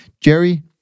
Jerry